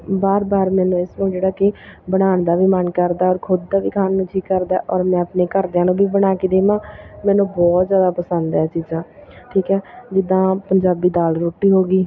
ਬਾਰ ਬਾਰ ਮੈਨੂੰ ਇਸਤੋਂ ਜਿਹੜਾ ਕਿ ਬਣਾਉਣ ਦਾ ਵੀ ਮਨ ਕਰਦਾ ਔਰ ਖੁਦ ਦਾ ਵੀ ਖਾਣ ਨੂੰ ਜੀ ਕਰਦਾ ਔਰ ਮੈਂ ਆਪਣੇ ਘਰਦਿਆਂ ਨੂੰ ਵੀ ਬਣਾ ਕੇ ਦੇਵਾਂ ਮੈਨੂੰ ਬਹੁਤ ਜ਼ਿਆਦਾ ਪਸੰਦ ਹੈ ਇਹ ਚੀਜ਼ਾਂ ਠੀਕ ਆ ਜਿੱਦਾਂ ਪੰਜਾਬੀ ਦਾਲ ਰੋਟੀ ਹੋ ਗਈ